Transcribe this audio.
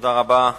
תודה רבה.